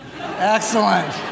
Excellent